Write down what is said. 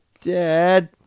Dad